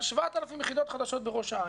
7,000 יחידות חדשות בראש העין.